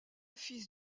fils